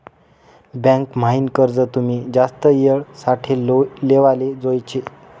bank म्हाईन कर्ज तुमी जास्त येळ साठे लेवाले जोयजे